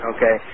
Okay